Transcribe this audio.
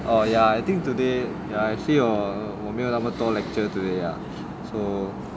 oh ya I think today ya actually 我没有那么多 lecture today lah so